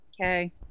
Okay